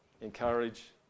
encourage